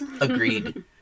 Agreed